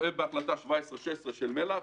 ובהחלטה 1716 של מל"ח.